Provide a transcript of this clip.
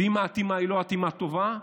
ואם האטימה היא לא אטימה טובה,